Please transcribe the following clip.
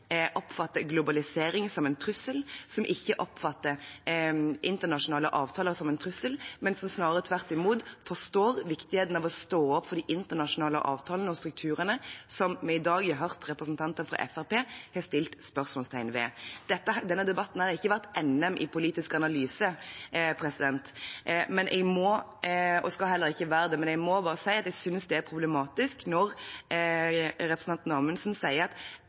jeg veldig glad for at vi har en utenriksminister som ikke oppfatter globalisering som en trussel, som ikke oppfatter internasjonale avtaler som en trussel, men som snarere tvert imot forstår viktigheten av å stå opp for de internasjonale avtalene og strukturene som vi i dag har hørt representanter fra Fremskrittspartiet sette spørsmålstegn ved. Denne debatten har ikke vært NM i politisk analyse, og skal heller ikke være det, men jeg synes det er problematisk når representanten Amundsen sier at